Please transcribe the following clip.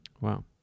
Wow